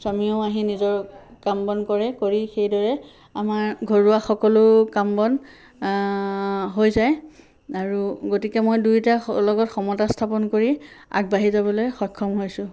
স্বামীও আহি নিজৰ কাম বন কৰে সেইদৰে আমাৰ ঘৰুৱা সকলো কাম বন হৈ যায় আৰু গতিকে মই দুয়োটা লগত সমতা স্থাপন কৰি আগবাঢ়ি যাবলৈ সক্ষম হৈছোঁ